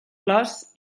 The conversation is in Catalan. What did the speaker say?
flors